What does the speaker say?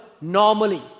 normally